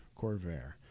Corvair